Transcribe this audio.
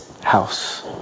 house